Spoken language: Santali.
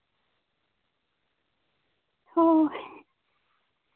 ᱦᱳᱭ